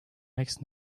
next